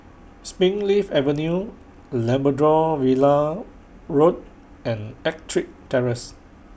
Springleaf Avenue Labrador Villa Road and Ettrick Terrace